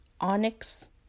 onyx